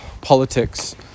politics